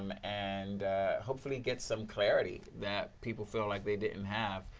um and hopefully, get some clarity, that people felt like they didn't have,